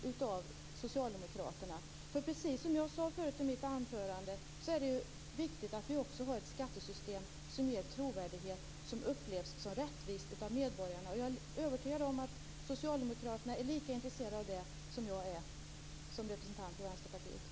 Socialdemokraterna. Precis som jag sade förut i mitt anförande är det viktigt att vi har ett skattesystem som har trovärdighet och upplevs som rättvist av medborgarna. Jag är övertygad om att Socialdemokraterna är lika intresserade av det som jag är som representant för Vänsterpartiet.